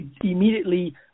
immediately